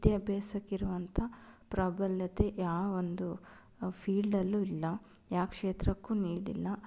ವಿದ್ಯಾಭ್ಯಾಸಕ್ಕಿರುವಂಥ ಪ್ರಾಬಲ್ಯತೆ ಯಾವೊಂದು ಫೀಲ್ಡಲ್ಲೂ ಇಲ್ಲ ಯಾವ ಕ್ಷೇತ್ರಕ್ಕೂ ನೀಡಿಲ್ಲ